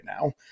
now